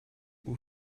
aux